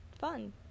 fun